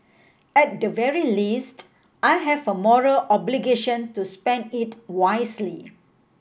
at the very least I have a moral obligation to spend it wisely